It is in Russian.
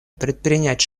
предпринять